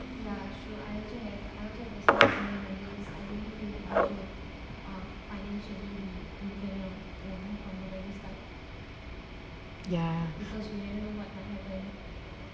ya